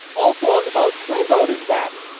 also on the boat same boat, in fact.